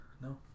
No